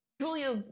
Julia